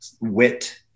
wit